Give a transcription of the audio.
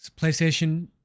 PlayStation